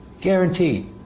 Guaranteed